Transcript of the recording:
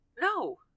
No